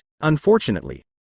Unfortunately